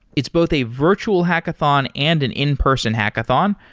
it's both a virtual hackathon and an in-person hackathon.